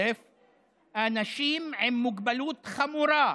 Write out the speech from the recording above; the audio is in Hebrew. אנשים עם מוגבלות חמורה,